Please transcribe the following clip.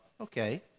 okay